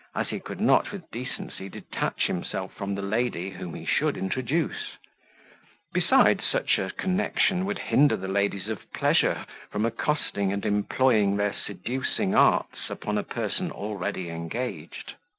as he could not with decency detach himself from the lady whom he should introduce besides, such a connection would hinder the ladies of pleasure from accosting and employing their seducing arts upon a person already engaged.